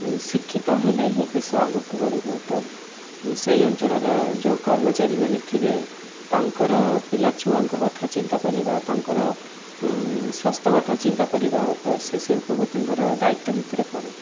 ଶିକ୍ଷିତ ହେଲେ ହିଁ ଦେଶ ଆଗୁକୁ ବଢ଼ିବ ତ ସେଇ ଅଞ୍ଚଳର ଯେଉଁ କର୍ମଚାରୀମାନେ ଥିବେ ତାଙ୍କର ପିଲା ଛୁଆଙ୍କ କଥା ଚିନ୍ତା କରିବା ତାଙ୍କର ସ୍ୱାସ୍ଥ୍ୟ କଥା ଚିନ୍ତା କରିବା ତ ସେ ଶିଳ୍ପପତିଙ୍କର ଦାୟିତ୍ୱ ଭିତରେ ପଡ଼େ